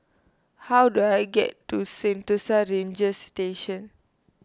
how do I get to Sentosa Ranger Station